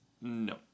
No